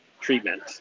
treatment